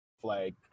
flag